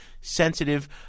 sensitive